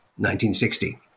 1960